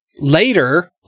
later